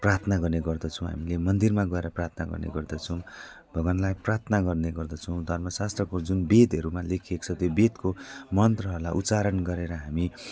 प्रार्थना गर्ने गर्दछौँ हामीले मन्दिरमा गएर प्रार्थना गर्ने गर्दछौँ भगवानलाई प्रार्थना गर्ने गर्दछौँ धर्म शास्त्रको जुन वेदहरूमा लेखिएको छ त्यो वेदको मन्त्रहरूलाई उच्चारण गरेर हामी